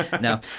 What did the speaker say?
No